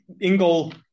Ingle